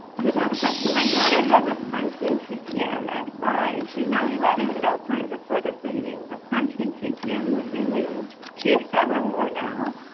here's another question my daughter has a pontine ccm at five. she's now eleven without signs of further bleeding. the pontine cpm was removed. she has several more now.